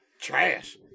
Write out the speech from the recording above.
Trash